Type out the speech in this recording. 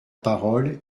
parole